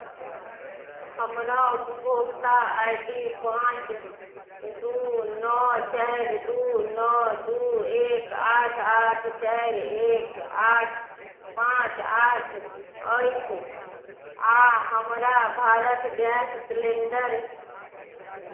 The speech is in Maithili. हमरा उपभोक्ता आइ डी पाँच दू नओ चारि दू नओ दू एक आठ आठ चारि एक आठ पाँच आठ अछि आ हमरा भारत गैस सिलेण्डर